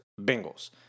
Bengals